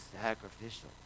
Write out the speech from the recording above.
sacrificial